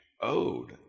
owed